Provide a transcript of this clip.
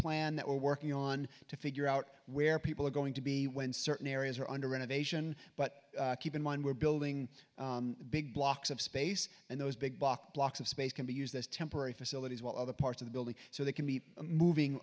plan that we're working on to figure out where people are going to be when certain areas are under renovation but keep in mind we're building big blocks of space and those big block blocks of space can be used as temporary facilities while other parts of the building so they can be moving